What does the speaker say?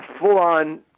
full-on